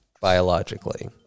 biologically